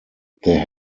there